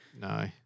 No